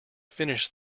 finished